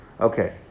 Okay